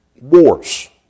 wars